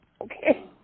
Okay